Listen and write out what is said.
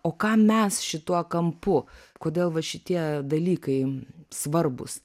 o ką mes šituo kampu kodėl va šitie dalykai svarbūs